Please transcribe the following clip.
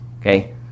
Okay